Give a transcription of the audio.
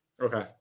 Okay